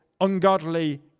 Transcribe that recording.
ungodly